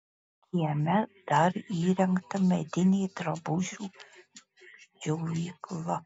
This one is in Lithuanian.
kieme dar įrengta medinė drabužių džiovykla